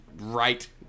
right